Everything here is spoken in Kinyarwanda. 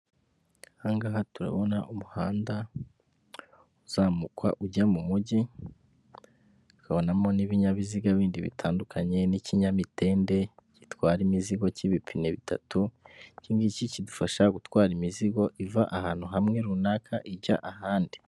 Aha ngaha turabona umuhanda uzamukwa ujya mu mujyi tukabonamo n'ibinyabiziga bindi bitandukanye n'ikinyamitende gitwara imizigo cy'ibipine bitatu iki nkiki kidufasha gutwara imizigo iva ahantu hamwe runaka ijya ahandi.